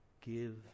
give